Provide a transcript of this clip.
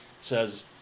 says